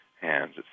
hands